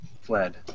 Fled